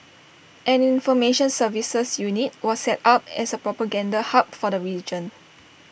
an information services unit was set up as A propaganda hub for the region